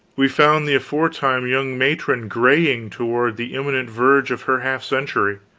we found the aforetime young matron graying toward the imminent verge of her half century,